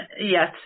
Yes